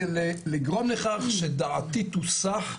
לגרום לכך שדעתי תוסח,